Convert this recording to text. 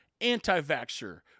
anti-vaxxer